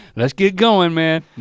let's get going man, no,